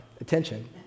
attention